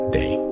day